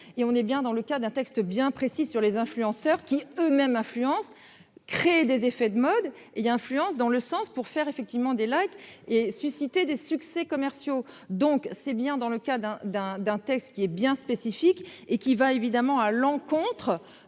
et on est bien dans le cas d'un texte bien précises sur les influenceurs qui eux-mêmes affluence créer des effets de mode et influence dans le sens pour faire effectivement des lacs et suscité des succès commerciaux. Donc c'est bien. Dans le cas d'un d'un d'un texte qui est bien spécifique et qui va évidemment à l'encontre